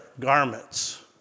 garments